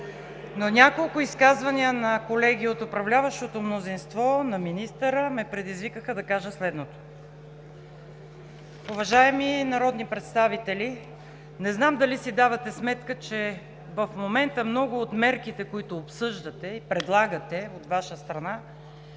но няколко изказвания на колеги от управляващото мнозинство, на министъра ме предизвикаха да кажа следното. Уважаеми народни представители, не знам дали си давате сметка, че в момента много от мерките, които обсъждате и предлагате от Ваша страна,